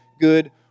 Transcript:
good